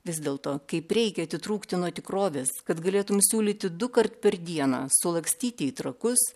vis dėl to kaip reikia atitrūkti nuo tikrovės kad galėtum siūlyti dukart per dieną sulakstyti į trakus